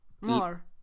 more